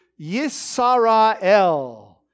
Yisrael